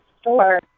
store